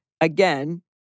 again